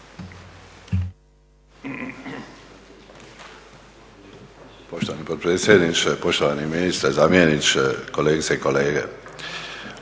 Poštovani potpredsjedniče, poštovani ministre, zamjeniče, kolegice i kolege.